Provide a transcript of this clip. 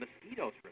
mosquitoes